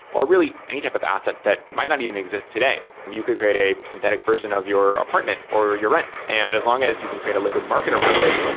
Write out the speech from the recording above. or really any type of asset that might not even exist today. today. you could create a synthetic version of your apartment or your rent. and as long as you can create a liquid market around it,